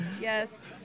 yes